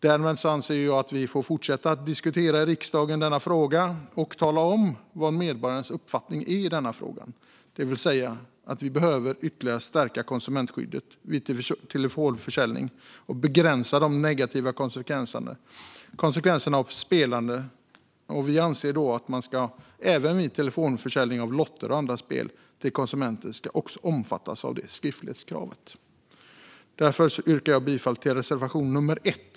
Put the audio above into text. Därför anser jag att vi i riksdagen får fortsätta att diskutera denna fråga och tala om vad medborgarnas uppfattning är, det vill säga att vi ytterligare behöver stärka konsumentskyddet vid telefonförsäljning och begränsa de negativa konsekvenserna av spelande. Vi anser att också telefonförsäljning av lotter och andra spel till konsumenter ska omfattas av skriftlighetskravet. Därför yrkar jag bifall till reservation 1.